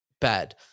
bad